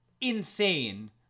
insane